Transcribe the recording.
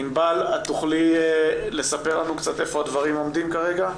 ענבל, תוכלי לספר לנו איפה הדברים עומדים כרגע?